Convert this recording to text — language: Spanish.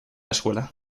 escuela